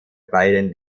beiden